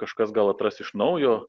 kažkas gal atras iš naujo